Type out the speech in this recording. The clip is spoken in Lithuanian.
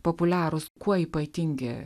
populiarūs kuo ypatingi